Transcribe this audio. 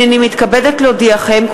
הנני מתכבדת להודיעכם,